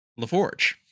LaForge